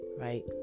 right